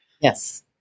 Yes